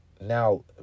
Now